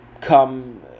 come